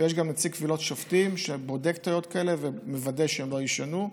יש גם נציג קבילות שופטים שבודק טעויות כאלה ומוודא שהן לא יישנו.